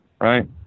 right